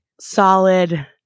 solid